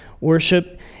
Worship